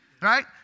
Right